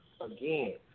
again